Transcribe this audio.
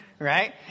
Right